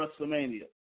WrestleMania